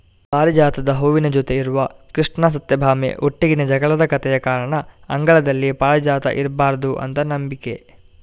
ಪಾರಿಜಾತದ ಹೂವಿನ ಜೊತೆ ಇರುವ ಕೃಷ್ಣ ಸತ್ಯಭಾಮೆ ಒಟ್ಟಿಗಿನ ಜಗಳದ ಕಥೆಯ ಕಾರಣ ಅಂಗಳದಲ್ಲಿ ಪಾರಿಜಾತ ಇರ್ಬಾರ್ದು ಅಂತ ನಂಬಿಕೆ